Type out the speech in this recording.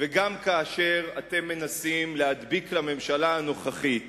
וגם כאשר אתם מנסים להדביק לממשלה הנוכחית